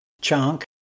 chunk